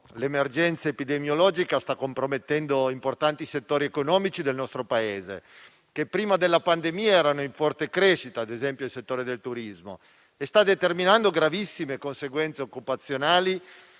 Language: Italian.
l'emergenza epidemiologica, infatti, sta compromettendo importanti settori economici del nostro Paese che, prima della pandemia, erano in forte crescita (ad esempio il settore del turismo) e sta determinando gravissime conseguenze occupazionali